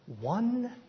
one